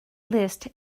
list